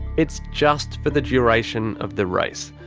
it's just for the duration of the race.